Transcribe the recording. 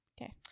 Okay